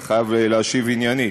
אני חייב להשיב עניינית.